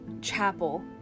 Chapel